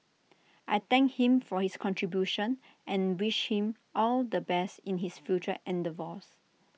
I thank him for his contributions and wish him all the best in his future endeavours